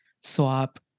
swap